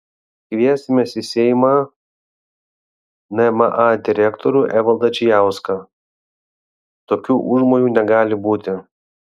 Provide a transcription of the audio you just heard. kviesimės į seimą nma direktorių evaldą čijauską tokių užmojų negali būti